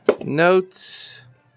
notes